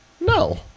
no